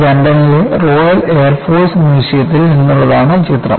ലണ്ടനിലെ royal air force മ്യൂസിയത്തിൽ നിന്നുള്ളതാണ് ഈ ചിത്രം